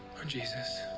or jesus.